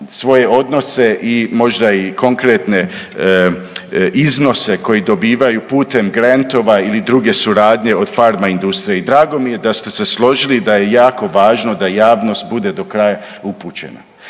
svoje odnose možda i konkretne iznose koje dobivaju putem grentova ili druge suradnje od farma industrije. I drago mi je da ste se složili da je jako važno da javnost bude do kraja upućena.